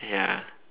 ya